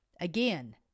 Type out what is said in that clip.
Again